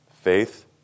faith